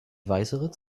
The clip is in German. weißeritz